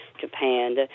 Japan